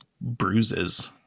bruises